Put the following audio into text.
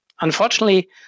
Unfortunately